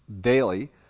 daily